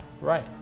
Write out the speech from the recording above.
right